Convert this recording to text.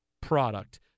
product